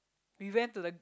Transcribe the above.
we went to the